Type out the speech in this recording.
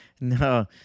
No